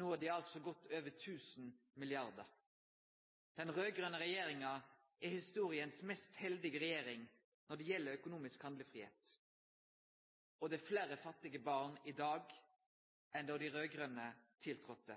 No har dei godt over 1 000 mrd. kr. Den raud-grøne regjeringa er historias heldigaste regjering når det gjeld økonomisk handlefridom. Det er fleire fattige barn i dag enn da dei raud-grøne tiltredde.